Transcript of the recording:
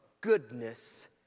goodness